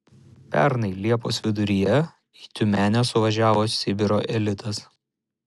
pernai liepos viduryje į tiumenę suvažiavo sibiro elitas